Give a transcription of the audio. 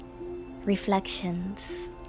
reflections